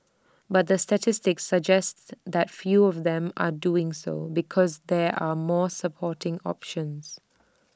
but the statistics suggest that fewer of them are doing so because there are more sporting options